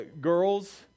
girls